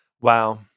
Wow